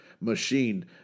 machine